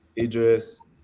Idris